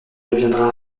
deviendra